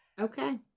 Okay